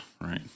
right